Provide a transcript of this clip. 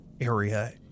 area